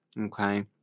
Okay